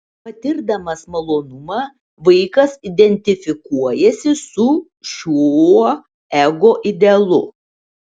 patirdamas malonumą vaikas identifikuojasi su šiuo ego idealu